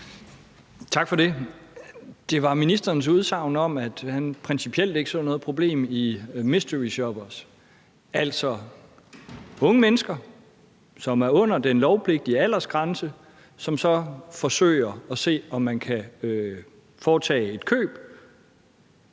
Tak for det. Det er til ministerens udsagn om, at han principielt ikke så noget i problem i mysteryshoppers – altså unge mennesker, som er under den lovpligtige aldersgrænse, som forsøger at se, om de kan foretage et køb.